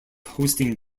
hosting